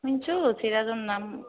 শুনিছোঁ চিৰাজৰ নাম